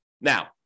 Now